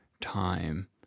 time